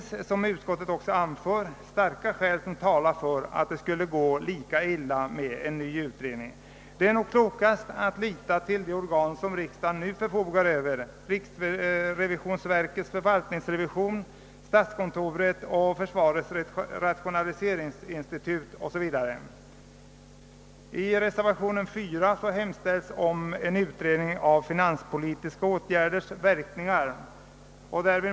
Som utskottet anför talar starka skäl för att en ny utredning skulle ge lika dåligt resultat. Det torde vara klokast att lita till de organ som riksdagen nu förfogar över, riksrevisionsverkets förvaltningsrevision, statskontoret och försvarets rationaliseringsinstitut etc. I reservationen 4 hemställes om en utredning av finanspolitiska åtgärders verkningar.